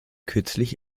kürzlich